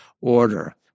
order